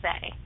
say